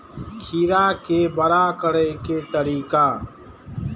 खीरा के बड़ा करे के तरीका?